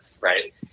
right